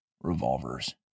revolvers